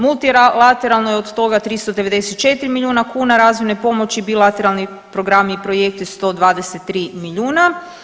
Multilateralno je od toga 394 milijuna kuna razvojne pomoći, bilateralni programi i projekti 123 milijuna.